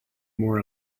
more